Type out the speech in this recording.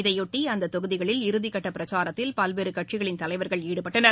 இதையொட்டி அந்த தொகுதிகளில் இறுதிக்கட்ட பிரச்சாரத்தில் பல்வேறு கட்சிகளின் தலைவர்கள் ஈடுபட்டனர்